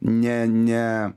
ne ne